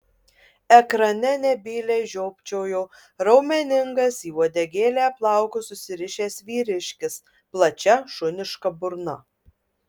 ekrane nebyliai žiopčiojo raumeningas į uodegėlę plaukus susirišęs vyriškis plačia šuniška burna